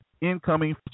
incoming